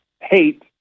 hate